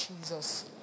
Jesus